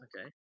okay